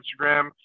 Instagram